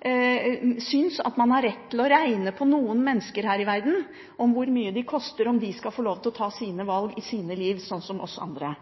at man har rett til å regne på noen mennesker her i verden, om hvor mye de koster, og om de skal få lov til å ta sine valg i sitt liv, slik som oss andre.